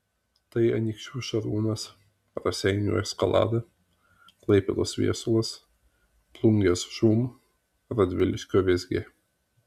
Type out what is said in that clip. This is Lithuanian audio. tai anykščių šarūnas raseinių eskalada klaipėdos viesulas plungės žūm radviliškio vėzgė